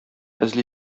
эзли